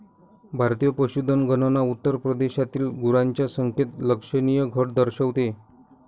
भारतीय पशुधन गणना उत्तर प्रदेशातील गुरांच्या संख्येत लक्षणीय घट दर्शवते